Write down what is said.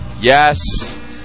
yes